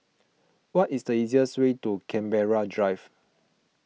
what is the easiest way to Canberra Drive